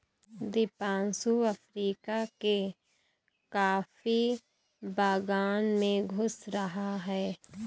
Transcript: Deepanshu Africa के coffee बागान में घूम रहा है